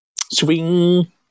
Swing